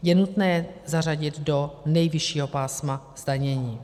Je nutné je zařadit do nejvyššího pásma zdanění.